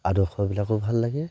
আদৰ্শবিলাকো ভাল লাগে